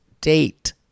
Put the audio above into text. date